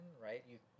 right